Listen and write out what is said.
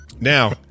Now